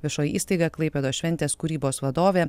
viešoji įstaiga klaipėdos šventės kūrybos vadovė